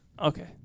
Okay